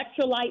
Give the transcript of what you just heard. electrolyte